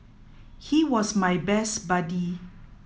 he was my best buddy